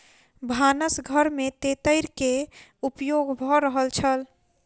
भानस घर में तेतैर के उपयोग भ रहल छल